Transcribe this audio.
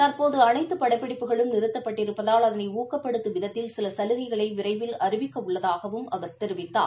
தற்போது அனைத்து படப்பிடிப்புகளும் நிறுத்தப்பட்டிருப்பதால் அதனை ஊக்கப்படுத்தும் விதத்தில் சில சலுகைகளை விரைவில் அறிவிக்க உள்ளதாகவும் அவர் தெரிவித்தார்